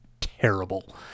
terrible